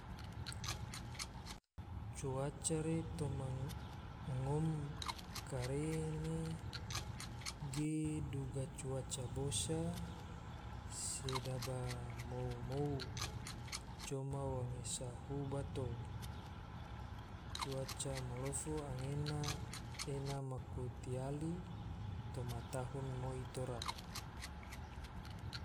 Cuaca re toma ngom kare ne ge duga cuaca bosa, sedaba mou-mou, coma wange sahu bato. cuaca malofo anggena ena maku tiali toma tahun moi tora